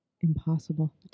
Impossible